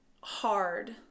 hard